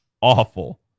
awful